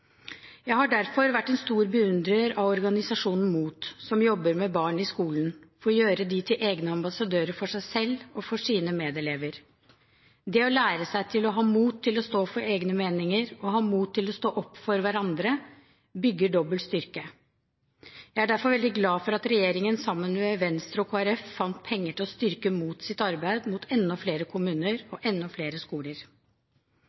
Jeg har derfor vært en stor beundrer av organisasjonen MOT, som jobber med barn i skolen for å gjøre dem til egne ambassadører for seg selv og for sine medelever. Det å lære seg til å ha mot til å stå for egne meninger og ha mot til å stå opp for hverandre bygger dobbel styrke. Jeg er derfor veldig glad for at regjeringen, sammen med Venstre og Kristelig Folkeparti, fant penger til å styrke MOTs arbeid mot enda flere kommuner